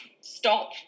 stop